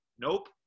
nope